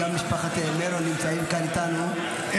גם משפחת מרון נמצאים כאן איתנו,